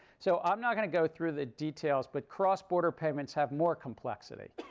so i'm not going to go through the details. but cross-border payments have more complexity.